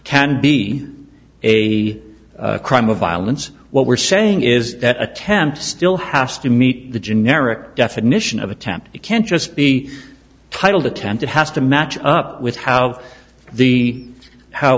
can be a crime of violence what we're saying is that attempts to will house to meet the generic definition of attempt it can't just be titled attempt it has to match up with how the how